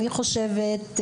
אני חושבת,